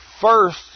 first